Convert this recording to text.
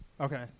Okay